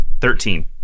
Thirteen